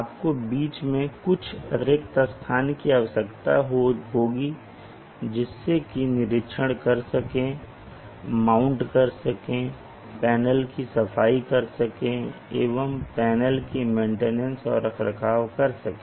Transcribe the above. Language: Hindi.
आपको बीच में कुछ रिक्त स्थान की आवश्यकता होगी जिससे कि निरीक्षण कर सकें माउंट कर सकें पैनल की सफाई कर सकें एवं पैनल की मेंटेनेंस और रखरखाव कर सकें